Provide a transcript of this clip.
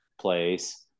place